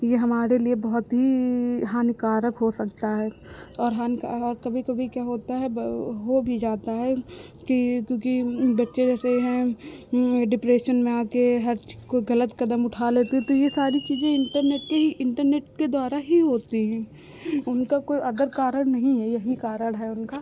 यह हमारे लिए बहुत ही हानिकारक हो सकता है और हानिकारक कभी कभी क्या होता है हो भी जाता है कि क्योंकि बच्चे जैसे हैं डिप्रेशन में आकर हर ची कोई गलत कदम उठा लेते हैं तो यह सारी चीज़ें इन्टरनेट के ही इन्टरनेट के द्वारा ही होती हैं उनका कोई अदर कारण नहीं है यही कारण है उनका